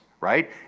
right